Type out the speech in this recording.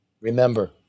Remember